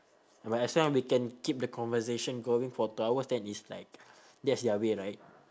but as long we can keep the conversation going for two hours then it's like that's their way right